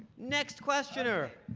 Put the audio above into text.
next questioner.